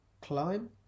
climb